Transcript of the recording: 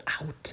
out